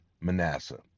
Manasseh